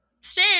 stay